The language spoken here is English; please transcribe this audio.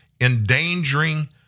endangering